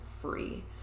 free